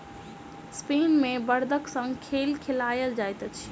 Spain मे बड़दक संग खेल खेलायल जाइत अछि